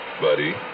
buddy